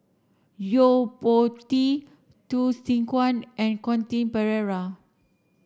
Yo Po Tee Hsu Tse Kwang and Quentin Pereira